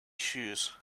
shoes